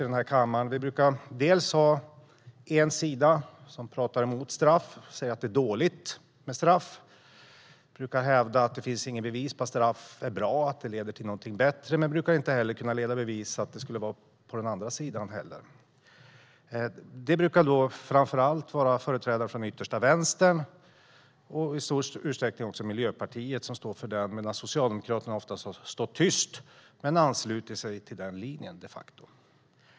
En sida brukar tala emot straff och säger att straff är något dåligt. De hävdar att det inte finns några bevis för att straff är bra och leder till något bättre. De brukar dock inte kunna leda i bevis att det skulle vara tvärtom. Framför allt företrädare för den yttersta vänstern och i stor utsträckning också Miljöpartiet brukar stå för detta. Socialdemokraterna står oftast tysta men har de facto anslutit sig till samma linje.